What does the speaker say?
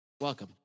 welcome